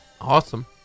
Awesome